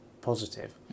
positive